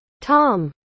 Tom